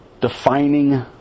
Defining